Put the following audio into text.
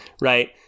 right